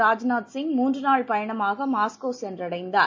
ராஜ்நாத் சிங் மூன்று நாள் பயணமாக மாஸ்கோ சென்றடைந்தார்